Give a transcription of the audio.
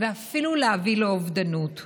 ואפילו להביא לאובדנות.